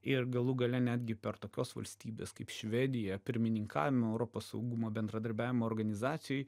ir galų gale netgi per tokios valstybės kaip švedija pirmininkavimo europos saugumo bendradarbiavimo organizacijoj